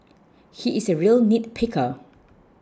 he is a real nitpicker